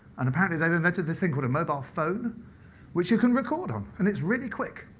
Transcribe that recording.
and apparently they've invented this thing called a mobile phone which you can record on, and it's really quick.